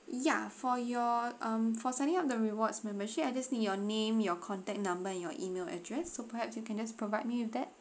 ya for your um for signing up the rewards membership I just need your name your contact number and your email address so perhaps you can just provide me with that